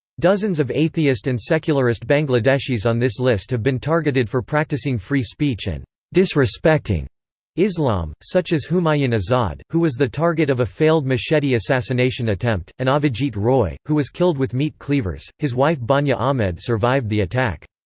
dozens of atheist and secularist bangladeshis on this list have been targeted for practicing free speech and disrespecting islam, such as humayun azad, who was the target of a failed machete assassination attempt, and avijit roy, who was killed with meat cleavers his wife bonya ahmed survived the attack.